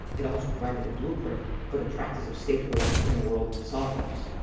it also provided a blueprint for the practice of statehood in the world of sovereigns.